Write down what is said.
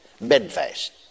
Bedfast